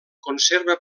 conserva